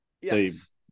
Yes